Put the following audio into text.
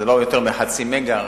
זה לא יותר מחצי מגה,